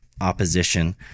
opposition